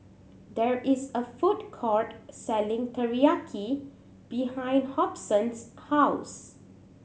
there is a food court selling Teriyaki behind Hobson's house